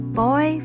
boy